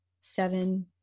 seven